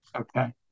Okay